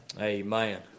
Amen